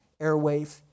airwave